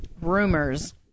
rumors